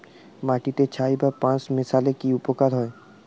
মাটিতে ছাই বা পাঁশ মিশালে কি উপকার হয়?